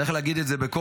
צריך להגיד את זה בקול,